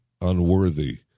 unworthy